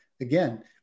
again